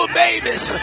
babies